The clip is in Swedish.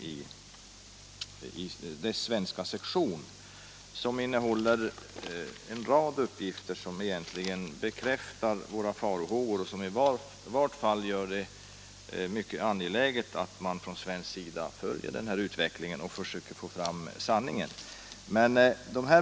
också gjort ett uttalande som innehåller en rad uppgifter som bekräftar våra farhågor och som i varje fall visar att det är mycket angeläget att man från svensk sida följer utvecklingen och försöker få fram sanningen.